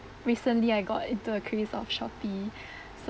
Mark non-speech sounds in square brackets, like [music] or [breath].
recently I got into a craze of Shopee [breath] so